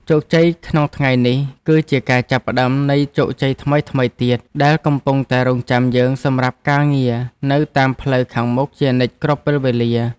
ជោគជ័យក្នុងថ្ងៃនេះគឺជាការចាប់ផ្ដើមនៃជោគជ័យថ្មីៗទៀតដែលកំពុងតែរង់ចាំយើងសម្រាប់ការងារនៅតាមផ្លូវខាងមុខជានិច្ចគ្រប់ពេលវេលា។